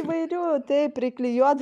įvairių taip priklijuot